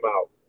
out